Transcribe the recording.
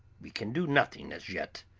we can do nothing as yet.